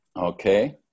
Okay